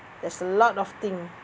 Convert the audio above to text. there's a lot of thing